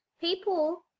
people